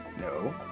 No